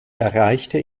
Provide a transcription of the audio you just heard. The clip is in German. erreichte